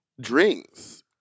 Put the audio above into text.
drinks